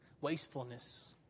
wastefulness